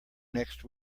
next